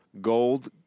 Gold